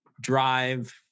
drive